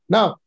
Now